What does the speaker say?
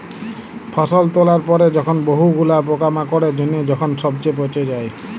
ফসল তোলার পরে যখন বহু গুলা পোকামাকড়ের জনহে যখন সবচে পচে যায়